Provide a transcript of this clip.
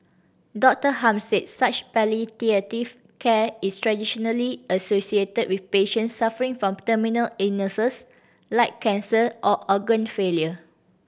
Doctor Hum said such palliative care is traditionally associated with patient suffering from terminal illnesses like cancer or organ failure